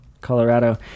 Colorado